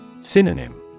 Synonym